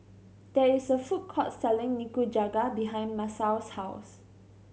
there is a food court selling Nikujaga behind Masao's house